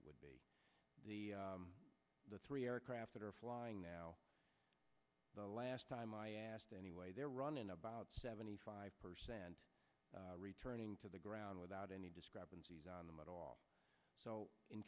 it would be the three aircraft that are flying now the last time i asked anyway they're running about seventy five percent returning to the ground without any discrepancies on them at all so in